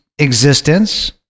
existence